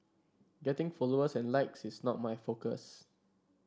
getting followers and likes is not my focus